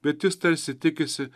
bet jis tarsi tikisi